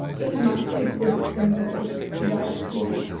it matches this symbol right here